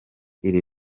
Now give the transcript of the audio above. iri